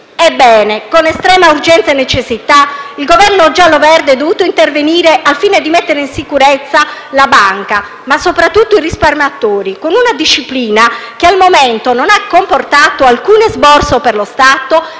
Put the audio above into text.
Ebbene, con estrema urgenza e necessità il Governo giallo-verde è dovuto intervenire al fine di mettere in sicurezza la banca, ma soprattutto i risparmiatori, con una disciplina che al momento non ha comportato alcun esborso per lo Stato